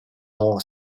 law